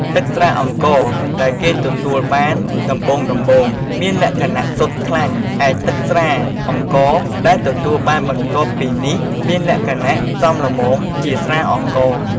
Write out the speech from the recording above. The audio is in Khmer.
ទឹកស្រាអង្ករដែលគេទទួលបានដំបូងៗមានលក្ខណៈសុទ្ធខ្លាំង ឯទឹកស្រាអង្ករដែលទទួលបានបន្ទាប់ពីនេះមានលក្ខណៈសមល្មមជាស្រាអង្ករ។